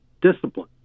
discipline